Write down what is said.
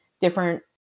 different